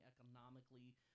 economically